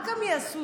גם מה יעשו?